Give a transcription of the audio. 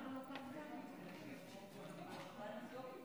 אני מודה שתמיד תמיד תמיד זאת זכות להיזכר באבא שלך.